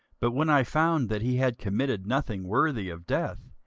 but when i found that he had committed nothing worthy of death,